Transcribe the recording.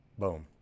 boom